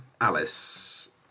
Alice